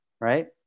right